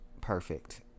perfect